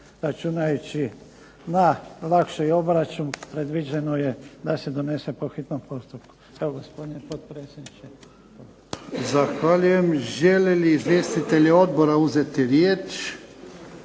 Zahvaljujem. Žele li izvjestitelji odbora uzeti riječ?